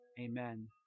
Amen